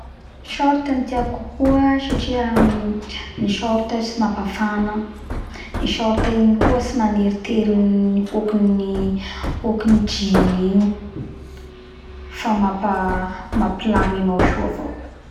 Short ny tiako kokoa satria ny short tsy mapafana; i short igny koa tsy maneritery kany hokany jean io fa mapilamy anao soa avao